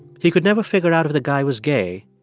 he could never figure out if the guy was gay,